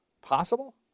possible